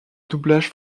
doublage